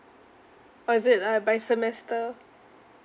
or is it like by semester